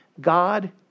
God